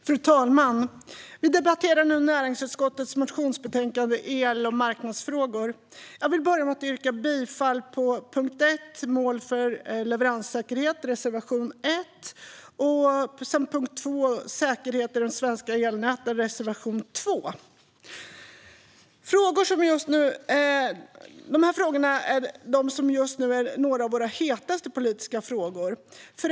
Fru talman! Vi debatterar nu näringsutskottets motionsbetänkande Elmarknadsfrågor . Jag vill börja med att yrka bifall till reservation 1 under punkt 1 Mål för leveranssäkerheten samt reservation 2 under punkt 2 Säkerheten för svenska elnät. Dessa frågor är några av våra hetaste politiska frågor.